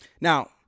Now